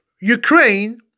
Ukraine